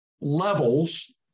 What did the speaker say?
levels